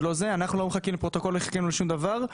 אנחנו לא חיכינו לפרוטוקול ולא חיכינו לשום דבר,